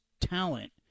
talent